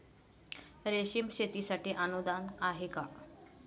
रेशीम शेतीसाठी अनुदान आहे का?